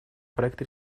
проект